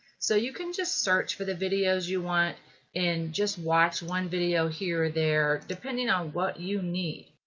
so you can just search for the videos you want and just watch one video here they're depending on what you need.